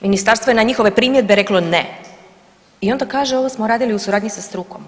Ministarstvo je na njihove primjedbe reklo ne i onda kaže ovo smo radili u suradnji sa strukom.